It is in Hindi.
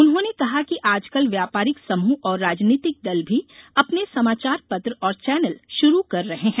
उन्होंने कहा कि आजकल व्यापारिक समूह और राजनीतिक दल भी अपने समाचार पत्र और चैनल शुरू कर रहे हैं